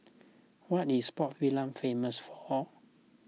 what is Port Vila famous for